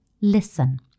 Listen